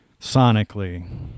sonically